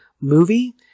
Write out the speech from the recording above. movie